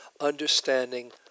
understanding